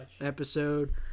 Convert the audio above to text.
episode